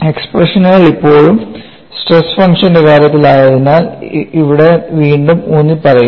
എക്സ്പ്രഷനുകൾ ഇപ്പോഴും സ്ട്രെസ് ഫംഗ്ഷന്റെ കാര്യത്തിലായതിനാൽ ഇവിടെ വീണ്ടും ഊന്നി പറയുന്നു